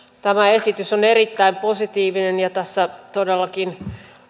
tämä esitys on erittäin positiivinen ja tässä todellakin